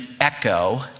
echo